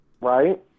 Right